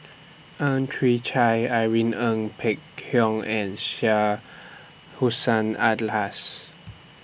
Ang Chwee Chai Irene Ng Phek Hoong and Syed Hussein Alatas